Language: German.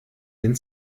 den